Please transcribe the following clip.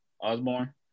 Osborne